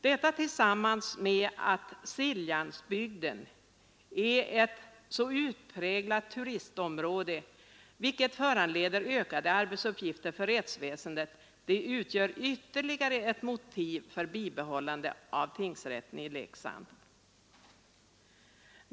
Detta tillsammans med det förhållandet att Siljansbygden är ett utpräglat turistområde, vilket föranleder ökade arbetsuppgifter för rättsväsendet, utgör ytterligare ett motiv för bibehållande av tingsrätten i Leksand.